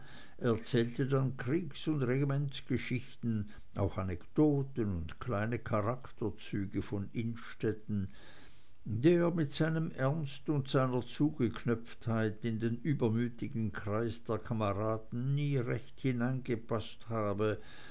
erzählte dann kriegs und regimentsgeschichten auch anekdoten und kleine charakterzüge von innstetten der mit seinem ernst und seiner zugeknöpftheit in den übermütigen kreis der kameraden nie recht hineingepaßt habe